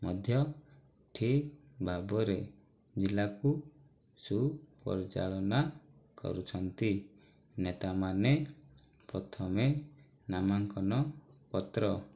ମଧ୍ୟ ଠିକ୍ ଭାବରେ ଜିଲ୍ଲାକୁ ସୁପରିଚାଳନା କରୁଛନ୍ତି ନେତାମାନେ ପ୍ରଥମେ ନାମାଙ୍କନ ପତ୍ର